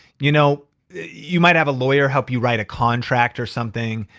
you know you might have a lawyer help you write a contract or something.